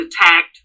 attacked